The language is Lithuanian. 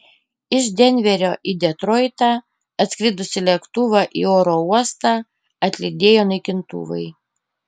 iš denverio į detroitą atskridusį lėktuvą į oro uostą atlydėjo naikintuvai